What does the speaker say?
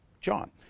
John